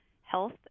health